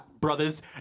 brothers